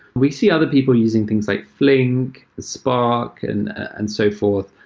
we see other people using things like flink, spark and and so forth.